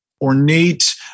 ornate